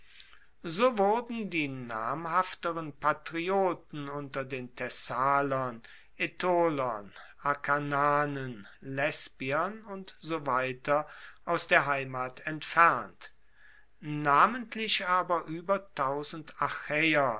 so wurden die namhafteren patrioten unter den thessalern aetolern akarnanen lesbiern und so weiter aus der heimat entfernt namentlich aber ueber